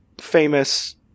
famous